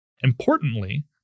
Importantly